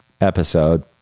episode